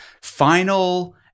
final